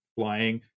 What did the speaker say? flying